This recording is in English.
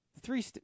Three